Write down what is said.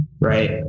right